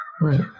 Right